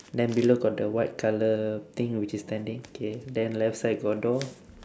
then below got the white colour thing which is standing K then left side got door